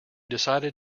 decided